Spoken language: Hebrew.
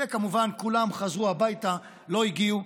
וכמובן כולם חזרו הביתה ולא הגיעו.